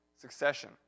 succession